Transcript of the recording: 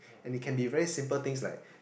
and it can be very simple things like